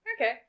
Okay